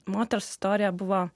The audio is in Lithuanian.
moters istorija buvo